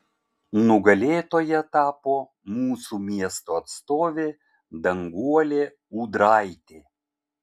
nugalėtoja tapo mūsų miesto atstovė danguolė ūdraitė